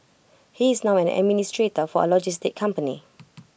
he is now an administrator for A logistics company